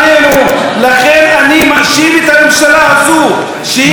לכן אני מאשים את הממשלה הזאת שהיא בזדון,